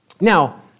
Now